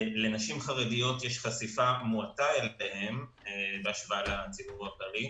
לנשים חרדיות יש חשיפה מועטה לתחומים האלה בהשוואה לציבור הכללי,